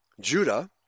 Judah